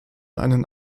einen